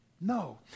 No